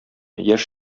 яшь